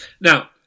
Now